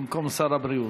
במקום שר הבריאות.